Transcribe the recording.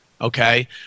Okay